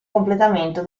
completamento